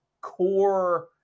core